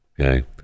okay